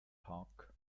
park